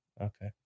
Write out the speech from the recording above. Okay